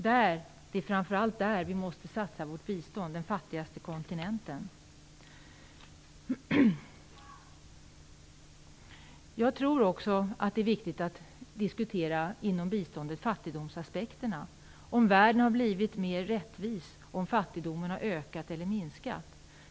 Det är framför allt där vi måste satsa vårt bistånd - på den fattigaste kontinenten. Jag tror också att det är viktigt att diskutera fattigdomsaspekterna inom biståndet. Har världen blivit mer rättvis? Har fattigdomen ökat eller minskat?